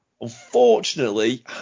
unfortunately